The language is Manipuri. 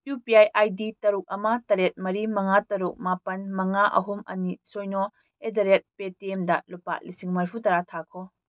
U P I I D ꯇꯔꯨꯛ ꯑꯃ ꯇꯔꯦꯠ ꯃꯔꯤ ꯃꯉꯥ ꯇꯔꯨꯛ ꯃꯥꯄꯜ ꯃꯉꯥ ꯑꯍꯨꯝ ꯑꯅꯤ ꯁꯤꯅꯣ ꯑꯦꯠ ꯗ ꯔꯦꯠ ꯄꯦ ꯇꯤ ꯑꯦꯝꯗ ꯂꯨꯄꯥ ꯂꯤꯁꯤꯡ ꯃꯔꯤꯐꯨꯇꯔꯥ ꯊꯥꯈꯣ